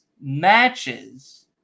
matches